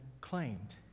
claimed